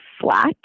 flat